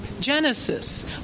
genesis